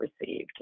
received